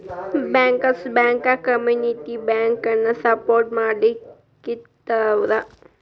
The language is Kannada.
ಬ್ಯಾಂಕರ್ಸ್ ಬ್ಯಾಂಕ ಕಮ್ಯುನಿಟಿ ಬ್ಯಾಂಕನ ಸಪೊರ್ಟ್ ಮಾಡ್ಲಿಕ್ಕಿರ್ತಾವ